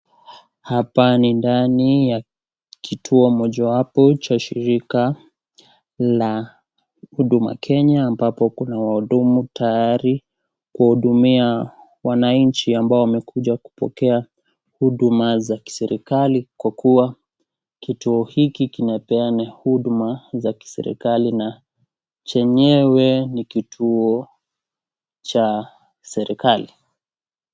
Hapa ni ndani ya kituo mojawapo cha shirika la huduma Kenya ambapo kuna wahudumu tayari kuhudumia wananchi ambao wamekuja kupokea Huduma za kiserikali kwa kuwa kituo hiki kinapeana huduma za kiserikali na chenyewe ni kituo cha serikali.